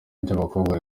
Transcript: ry’abakobwa